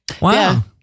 Wow